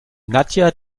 nadja